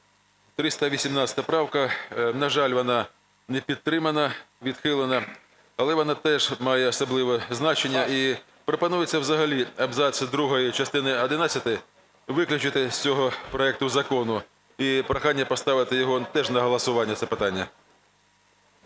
318 правка, на жаль, вона не підтримана, відхилена. Але вона теж має особливо значення. Пропонується взагалі абзац другий частини одинадцятої виключити з цього проекту закону. І прохання поставити його теж на голосування це питання.